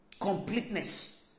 completeness